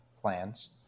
plans